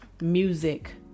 music